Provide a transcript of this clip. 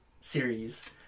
series